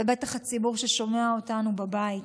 ובטח הציבור ששומע אותנו בבית,